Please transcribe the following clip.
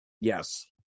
Yes